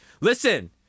Listen